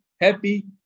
happy